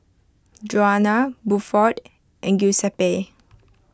Juana Buford and Giuseppe